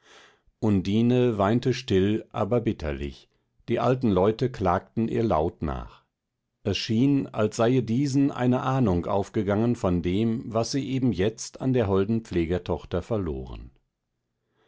undine weinte still aber bitterlich die alten leute klagten ihr laut nach es schien als seie diesen eine ahnung aufgegangen von dem was sie eben jetzt an der holden pflegetochter verloren